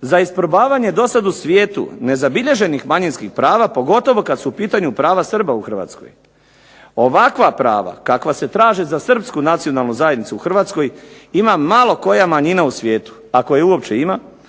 za isprobavanje do sada u svijetu ne zabilježenih manjinskih prava pogotovo kada su u pitanju prava Srba u Hrvatskoj. Ovakva prava kakva se traže za Srpsku nacionalnu zajednicu u Hrvatskoj ima malo koja manjina u svijetu, ako je uopće ima,